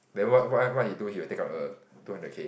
then what what what he do he will take out the two hundred K